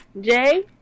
Jay